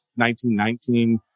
1919